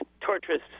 torturous